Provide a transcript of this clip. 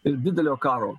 ir didelio karo